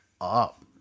up